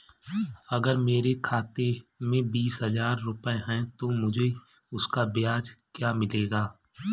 अगर मेरे खाते में बीस हज़ार रुपये हैं तो मुझे उसका ब्याज क्या मिलेगा?